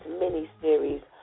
miniseries